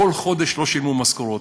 כל חודש לא שילמו משכורות.